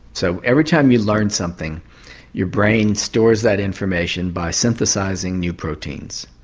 so every time you learn something your brain stores that information by synthesising new proteins.